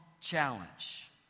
challenge